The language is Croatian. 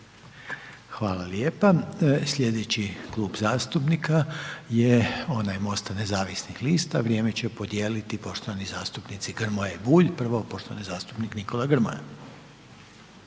Hvala lijepa. Slijedeći Klub zastupnika je onaj MOST-a nezavisnih lista, vrijeme će podijeliti poštovani zastupnici Grmoja i Bulj, prvo poštovani zastupnik Nikola Grmoja.